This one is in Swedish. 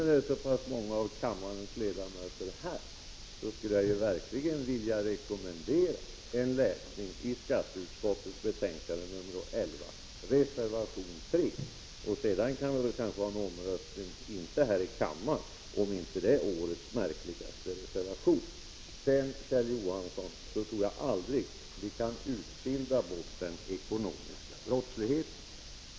Nu, när så pass många av kammarens ledamöter är här, skulle jag verkligen vilja rekommendera en läsning av skatteutskottets betänkande nr 11, reservation 3, och sedan kan vi kanske ha en omröstning — inte här i kammaren — gällande om inte det är årets märkligaste reservation. Sedan vill jag säga till Kjell Johansson att jag tror aldrig vi kan utbilda bort den ekonomiska brottsligheten.